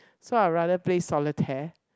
so I'll rather play Solitaire